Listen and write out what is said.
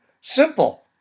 Simple